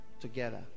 together